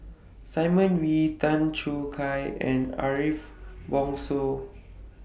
Simon Wee Tan Choo Kai and Ariff Bongso